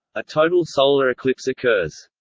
a total solar eclipse occurs.